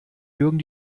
jürgen